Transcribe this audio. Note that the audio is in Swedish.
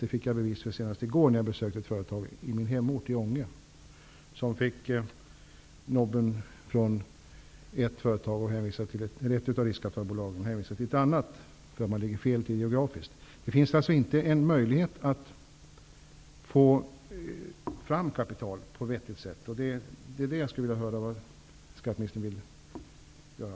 Det fick jag bevis för senast i går när jag besökte ett företag i min hemort Ånge som fick ''nobben'' från ett riskkapitalbolag och blev hänvisat till ett annat därför att det ligger fel till geografiskt. Det finns alltså inte en möjlighet att få fram kapital på ett vettigt sätt. Där skulle jag vilja höra vad skatteministern vill göra.